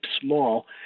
small